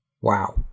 Wow